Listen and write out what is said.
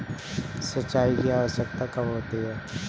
सिंचाई की आवश्यकता कब होती है?